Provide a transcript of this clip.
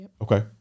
Okay